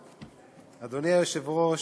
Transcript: היושב-ראש,